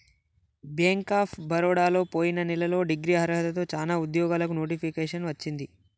bank of బరోడలో పొయిన నెలలో డిగ్రీ అర్హతతో చానా ఉద్యోగాలకు నోటిఫికేషన్ వచ్చింది